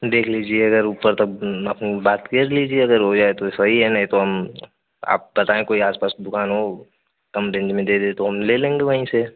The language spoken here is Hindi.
देख लीजिए अगर ऊपर तब आप बात कर लीजिए अगर हो जाए तो सही है नहीं तो हम आप बताएँ कोई आस पास दुकान हो तो हम दिन में दे दें तो हम ले लेंगे वहीं से